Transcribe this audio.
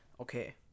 Okay